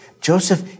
Joseph